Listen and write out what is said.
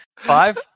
Five